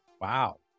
Wow